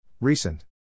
recent